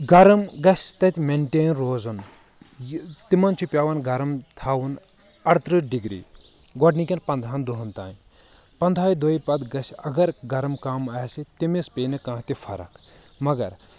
گرم گژھہِ تتہِ مینٹین روزُن یہ تِمن چھُ پٮ۪وان گرٕم تھاوُن اڑترٕٛہ ڈگری گۄڈنِکٮ۪ن پنٛدہن دۄہن تام پنٛداہہ دۄہ پتہٕ گژھہِ اگر گرٕم کم آسہِ تٔمِس پیٚیہِ نہٕ کانٛہہ تہِ فرق مگر